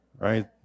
Right